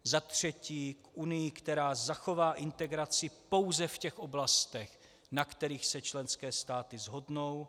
Za třetí k Unii, která zachová integraci pouze v těch oblastech, na kterých se členské státy shodnou.